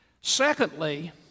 Secondly